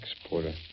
Exporter